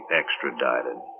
extradited